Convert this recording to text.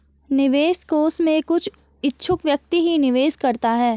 निवेश कोष में कुछ इच्छुक व्यक्ति ही निवेश करता है